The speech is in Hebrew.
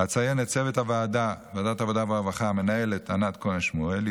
אציין את צוות ועדת העבודה והרווחה: המנהלת ענת כהן שמואל,